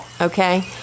okay